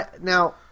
now